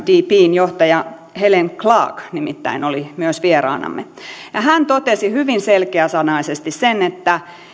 undpn johtaja helen clark nimittäin oli myös vieraanamme hän totesi hyvin selkeäsanaisesti sen että